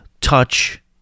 touch